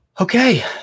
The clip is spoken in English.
Okay